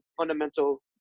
fundamental